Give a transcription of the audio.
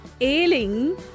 ailing